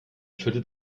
schüttelt